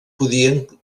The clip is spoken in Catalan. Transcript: podien